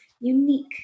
unique